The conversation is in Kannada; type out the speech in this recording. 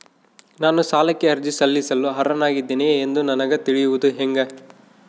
ನಾನು ಸಾಲಕ್ಕೆ ಅರ್ಜಿ ಸಲ್ಲಿಸಲು ಅರ್ಹನಾಗಿದ್ದೇನೆ ಎಂದು ನನಗ ತಿಳಿಯುವುದು ಹೆಂಗ?